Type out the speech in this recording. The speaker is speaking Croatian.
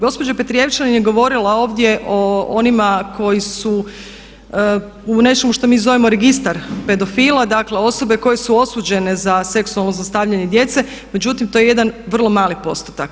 Gospođa Petrijevčanin je govorila ovdje o onima koji su u nečemu što mi zovemo registar pedofila dakle osobe koje su osuđene za seksualno zlostavljanje djece, međutim to je jedan vrlo mali postotak.